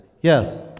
Yes